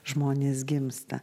žmonės gimsta